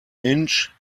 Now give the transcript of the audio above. inch